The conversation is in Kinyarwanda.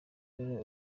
dore